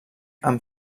amb